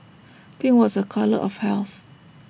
pink was A colour of health